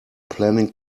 planning